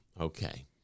okay